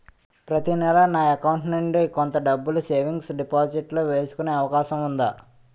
ప్రతి నెల నా అకౌంట్ నుండి కొంత డబ్బులు సేవింగ్స్ డెపోసిట్ లో వేసుకునే అవకాశం ఉందా?